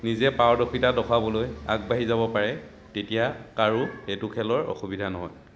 নিজে পাৰদৰ্শিতা দেখুৱাবলৈ আগবাঢ়ি যাব পাৰে তেতিয়া কাৰো সেইটো খেলৰ অসুবিধা নহয়